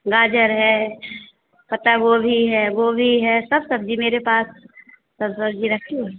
गाजर है पत्ता गोभी है गोभी है सब सब्ज़ी मेरे पास सब सब्ज़ी रखी हुई है